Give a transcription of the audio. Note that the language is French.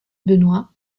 benoit